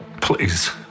Please